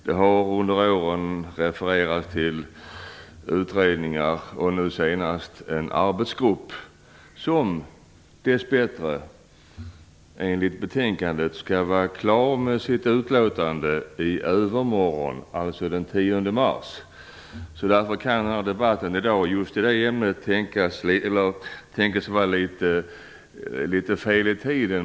Det har under åren refererats till utredningar och nu senast till en arbetsgrupp som dess bättre enligt betänkandet skall vara klar med sitt utlåtande i övermorgon, alltså den 10 mars. Därför kan det tänkas att debatten i dag i just det ämnet ligger litet fel i tiden.